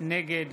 נגד